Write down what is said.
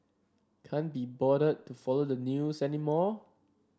can't be bothered to follow the news anymore